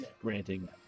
granting